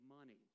money